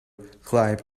climb